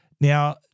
Now